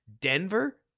denver